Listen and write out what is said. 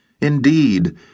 Indeed